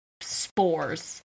spores